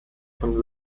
von